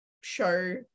show